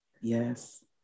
Yes